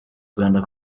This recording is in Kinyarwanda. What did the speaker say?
rwanda